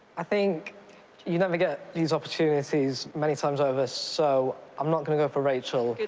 i think you never get these opportunities many times over, so i'm not going to go for rachel. good